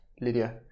Lydia